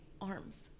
arms